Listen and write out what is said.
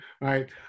right